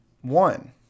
one